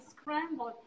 scrambled